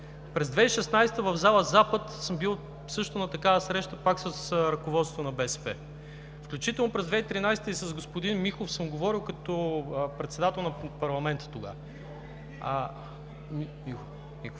През 2016 г. в зала „Запад“ съм бил също на такава среща пак с ръководството на БСП, включително през 2013-а и с господин Михов съм говорил като председател на парламента тогава.